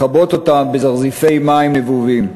לכבות אותם בזרזיפי מים נבובים.